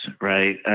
right